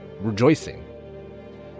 rejoicing